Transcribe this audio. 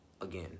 again